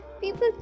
people